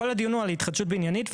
כל הדיון הוא על התחדשות בניינית,